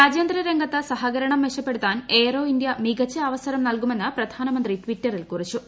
രാജ്വാന്തര രംഗത്ത് സഹകരണം മെച്ചപ്പെടുത്താൻ എയ്റോ ഇന്ത്യ മികച്ച അവസരം നൽകുമെന്ന് പ്രധാനമന്ത്രി ട്വിറ്ററിൽ കുറിച്ചു